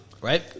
Right